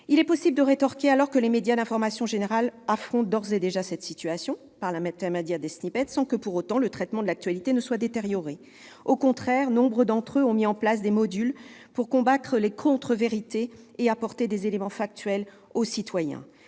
Il est possible de répondre que les médias d'information générale affrontent d'ores et déjà cette situation, par l'intermédiaire des, sans que le traitement de l'actualité se soit détérioré. Au contraire, nombre d'entre eux ont mis en place des modules pour combattre les contre-vérités et apporter des éléments factuels aux citoyens.